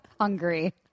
hungry